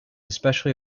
especially